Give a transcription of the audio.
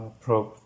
probe